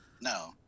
No